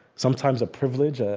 sometimes, a privilege, ah